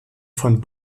von